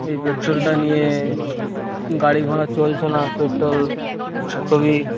এই পেট্রোলটা নিয়ে গাড়ি ঘোড়া চলছে না পেট্রোল খুবই